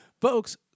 folks